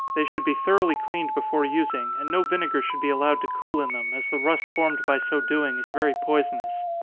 they should be thoroughly cleaned before using, and no vinegar should be allowed to cool in them, as the rust formed by so doing is very poisonous.